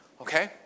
Okay